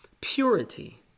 Purity